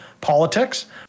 politics